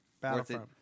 Battlefront